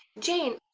jane,